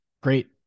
Great